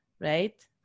Right